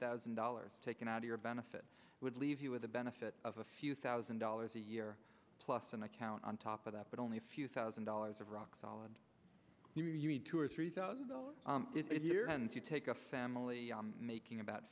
thousand dollars taken out of your benefits would leave you with the benefit of a few thousand dollars a year plus an account on top of that but only a few thousand dollars of rock solid you you need two or three thousand dollars if you're going to take a family making about